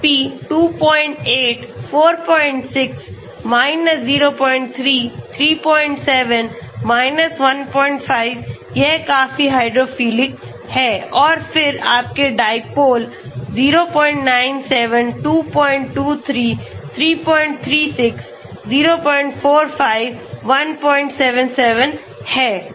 Log P 28 46 03 37 15 यह काफी hydrophilic है और फिर आपके डिपोल 097 223 336 045 177 है